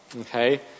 Okay